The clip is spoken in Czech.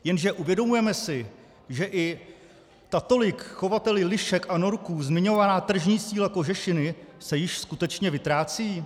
Jenže uvědomujeme si, že i ta tolik chovateli lišek a norků zmiňovaná tržní síla kožešiny se již skutečně vytrácí?